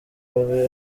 abe